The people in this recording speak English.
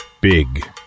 Big